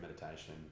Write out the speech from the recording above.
meditation